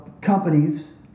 companies